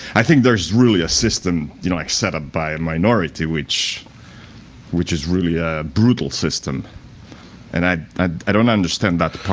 i think there's really a system, you know, like set up by a minority which which is really a brutal system and i i don't understand about the part,